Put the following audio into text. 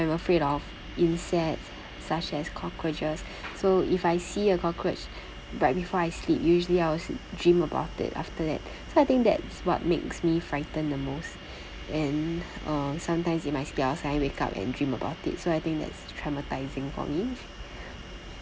I am afraid of insects such as cockroaches so if I see a cockroach right before I sleep usually I'll dream about it after that so I think that's what makes me frightened the most and uh sometimes in my sleep I will suddenly wake up and dream about it so I think that's traumatising for me